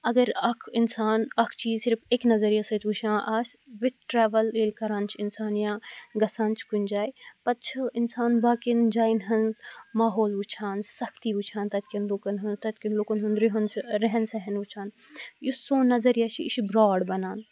اَگَر اَکھ اِنسان اَکھ چیٖز صِرِف اَکہِ نَظریہِ سٍتۍ وُچھان آسہِ وِتھ ٹرٛیوٕل ییٚلہِ کَران چھُ اِنسان یا گَژھان چھُ کُنہِ جایہِ پَتہٕ چھُ اِنسان باقِیَن جایَن ہٕنٛز ماحول وُچھان سَختی وُچھان تَتہِ کیٚن لوٗکَن ہُنٛد تَتہِ کِیَن لوٗکَن ہُنٛد رِہُن رِہن سہن وُچھان یُس سون نَظریہِ چھُ یہِ چھُ برٛاڈ بَنان